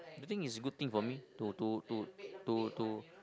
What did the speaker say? I think it's a good thing for me to to to to to